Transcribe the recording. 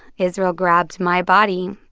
israel grabbed my body.